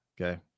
Okay